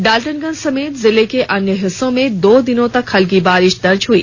डालटनगंज समेत जिले के अन्य हिस्सों में दो दिनों तक हल्की बारिश दर्ज हुई